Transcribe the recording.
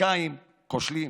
פוליטיקאים כושלים.